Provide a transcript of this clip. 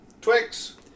twix